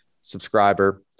subscriber